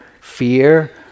fear